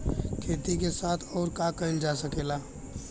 खेती के साथ अउर का कइल जा सकेला?